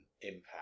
impact